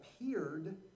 appeared